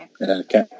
Okay